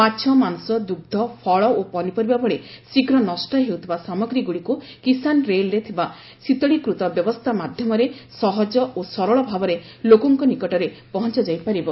ମାଛ ମାଂସ ଦୁଗ୍ଧ ଫଳ ଓ ପନିପରିବା ଭଳି ଶୀଘ୍ର ନଷ୍ଟ ହେଉଥିବା ସାମଗ୍ରୀ ଗୁଡ଼ିକୁ କିଶାନ୍ ରେଲ୍ରେ ଥିବା ଶୀତଳୀକୃତ ବ୍ୟବସ୍ଥା ମାଧ୍ୟମରେ ସହଜ ଓ ସରଳ ଭାବରେ ଲୋକଙ୍କ ନିକଟରେ ପହଞ୍ଚଯାଇ ପାରିବ